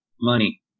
money